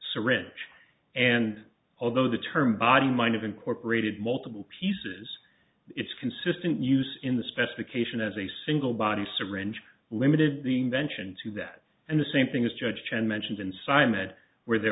syringe and although the term body mind of incorporated multiple pieces it's consistent use in the specification as a single body syringe limited being vention to that and the same thing as judge chen mentioned inside med where the